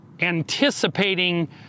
anticipating